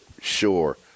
sure